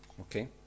Okay